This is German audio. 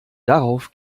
darauf